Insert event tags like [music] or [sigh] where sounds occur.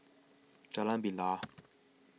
Jalan Bilal [noise]